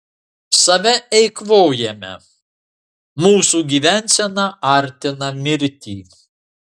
save eikvojame mūsų gyvensena artina mirtį